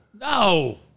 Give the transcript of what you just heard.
No